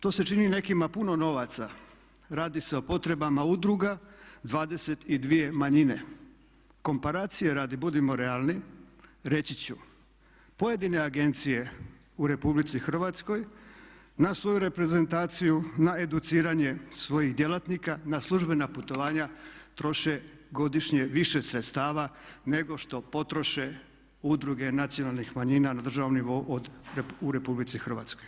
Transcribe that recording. To se čini nekima puno novaca, radi se o potrebama udruga 22 manjine, komparacije radi budimo realni reći ću pojedine agencije u RH na svoju reprezentaciju, na educiranje svojih djelatnika, na službena putovanja troše godišnje više sredstva nego što potroše udruge nacionalnih manjina na državnom nivou u RH.